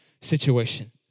situation